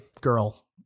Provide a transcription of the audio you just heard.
girl